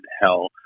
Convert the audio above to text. hell